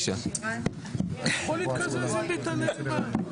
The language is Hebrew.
שלושה חברים: